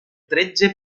tretze